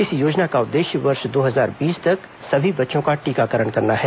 इस योजना का उद्देश्य वर्ष दो हजार बीस तक सभी बच्चों का टीकाकरण करना है